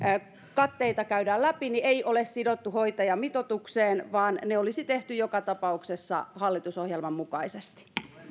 katteita käydään läpi ei ole sidottu hoitajamitoitukseen vaan ne olisi tehty joka tapauksessa hallitusohjelman mukaisesti